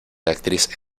actriz